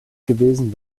gewesen